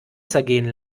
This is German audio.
zergehen